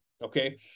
Okay